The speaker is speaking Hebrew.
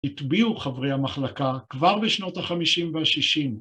התביעו חברי המחלקה כבר בשנות ה-50 וה-60.